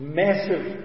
massive